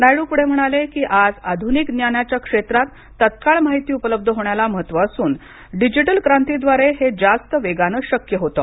नायडू पुढे म्हणाले की आज आधुनिक ज्ञानाच्या क्षेत्रात तत्काळ माहिती उपलब्ध होण्याला महत्व असून डिजिटल क्रांतीद्वारे हे जास्त वेगाने शक्य होतं